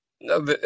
No